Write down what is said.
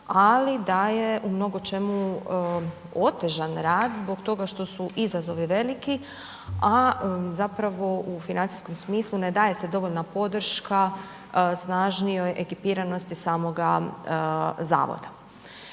ali da je u mnogo čemu otežan rad zbog toga što su izazovi veliki a zapravo u financijskom smislu ne daje se dovoljna podrška snažnijoj ekipiranosti samoga Zavoda.